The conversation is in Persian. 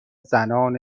زنان